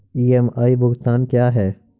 EMI भुगतान क्या है?